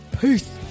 peace